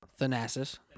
Thanasis